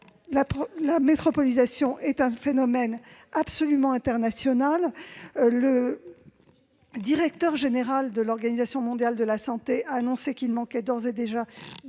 La métropolisation est un phénomène international. Le directeur général de l'Organisation mondiale de la santé a annoncé qu'il manquait d'ores et déjà